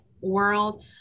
world